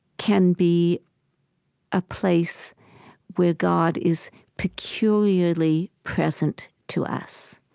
can be a place where god is peculiarly present to us.